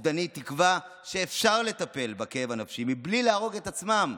אובדני תקווה שאפשר לטפל בכאב הנפשי מבלי להרוג את עצמם.